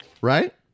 Right